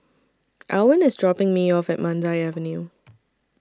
Alwin IS dropping Me off At Mandai Avenue